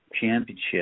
championship